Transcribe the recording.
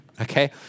okay